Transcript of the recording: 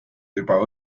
juba